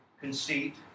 conceit